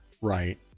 right